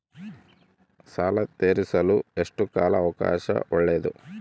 ಸಾಲ ತೇರಿಸಲು ಎಷ್ಟು ಕಾಲ ಅವಕಾಶ ಒಳ್ಳೆಯದು?